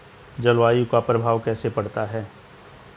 जलवायु का प्रभाव कैसे पड़ता है?